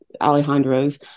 Alejandro's